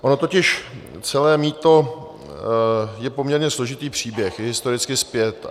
Ono totiž celé mýto je poměrně složitý příběh, i historicky zpět.